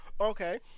Okay